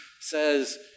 says